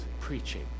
preaching